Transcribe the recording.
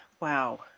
wow